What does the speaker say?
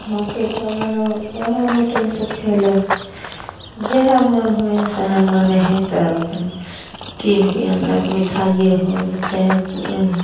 होके तब ओहे होटलसे खएलक जएह मोन होइ हइ सएह मानै हइ तऽ अपन किनिके अनलक मिठाइए होल चाहे कु